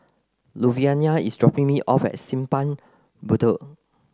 Luvinia is dropping me off at Simpang Bedok